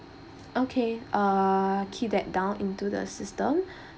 okay uh key that down into the system